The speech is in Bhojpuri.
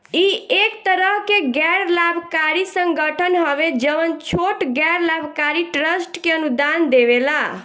इ एक तरह के गैर लाभकारी संगठन हवे जवन छोट गैर लाभकारी ट्रस्ट के अनुदान देवेला